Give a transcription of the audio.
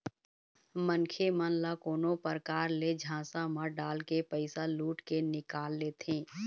मनखे मन ल कोनो परकार ले झांसा म डालके पइसा लुट के निकाल लेथें